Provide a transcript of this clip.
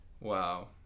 Wow